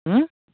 उँ